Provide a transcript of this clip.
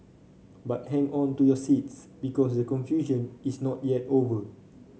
but hang on to your seats because the confusion is not yet over